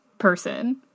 person